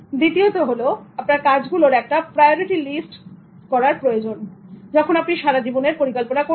দ্বিতীয়তঃ আপনার কাজগুলোর একটা প্রায়োরিটি লিস্ট করার প্রয়োজন যখন আপনি সারা জীবনের পরিকল্পনা করছেন